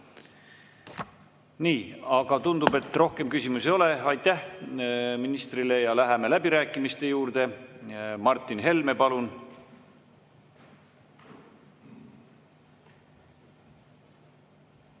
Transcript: seadus. Tundub, et rohkem küsimusi ei ole. Aitäh ministrile ja läheme läbirääkimiste juurde. Martin Helme, palun!